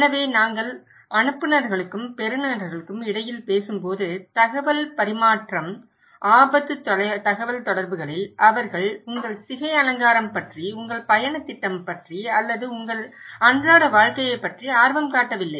எனவே நாங்கள் அனுப்புநர்களுக்கும் பெறுநர்களுக்கும் இடையில் பேசும்போது தகவல் பரிமாற்றம் ஆபத்து தகவல்தொடர்புகளில் அவர்கள் உங்கள் சிகை அலங்காரம் பற்றி உங்கள் பயணத் திட்டம் அல்லது உங்கள் அன்றாட வாழ்க்கையைப் பற்றி ஆர்வம் காட்டவில்லை